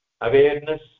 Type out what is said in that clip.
awareness